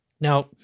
Now